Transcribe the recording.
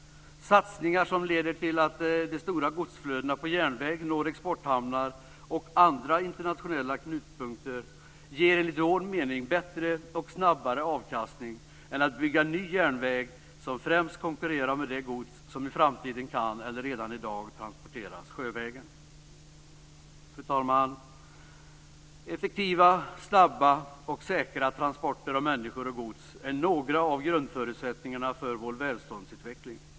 Satsningar som leder till att de stora godsflödena på järnväg når exporthamnar och andra internationella knutpunkter ger enligt vår mening bättre och snabbare avkastning än att bygga ny järnväg som främst konkurrerar med det gods som i framtiden kan eller redan i dag transporteras sjövägen. Fru talman! Effektiva, snabba och säkra transporter av människor och gods är några av grundförutsättningarna för vår välståndsutveckling.